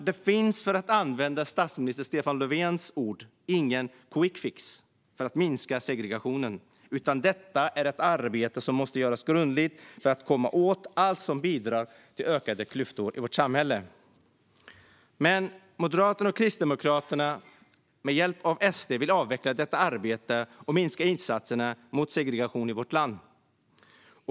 Det finns - för att använda statsminister Stefan Löfvens ord - ingen quick fix för att minska segregationen, utan detta är ett arbete som måste göras grundligt för att komma åt allt som bidrar till ökade klyftor i vårt samhälle. Moderaterna och Kristdemokraterna vill med hjälp av Sverigedemokraterna dock avveckla detta arbete och minska insatserna mot segregationen i vårt land.